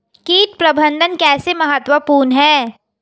कीट प्रबंधन कैसे महत्वपूर्ण है?